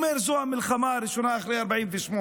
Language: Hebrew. הוא אומר, זו המלחמה הראשונה אחרי 48'